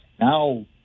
Now